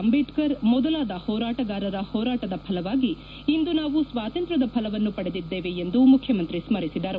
ಅಂಬೇಡ್ಕರ್ ಮೊದಲಾದ ಹೋರಾಟಗಾರರ ಹೋರಾಟದ ಫಲವಾಗಿ ಇಂದು ನಾವು ಸ್ವಾತಂತ್ರ್ಯದ ಫಲವನ್ನು ಪಡೆದಿದ್ದೇವೆ ಎಂದು ಮುಖ್ಯಮಂತ್ರಿ ಸ್ಮರಿಸಿದರು